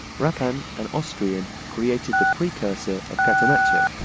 rappan, an austrian, created the precursor of catenaccio,